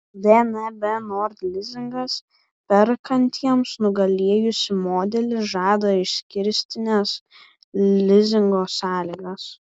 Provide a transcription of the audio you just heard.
dnb nord lizingas perkantiems nugalėjusį modelį žada išskirtines lizingo sąlygas